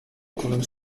kolem